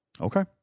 Okay